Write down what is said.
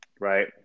right